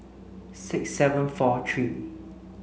six seven four three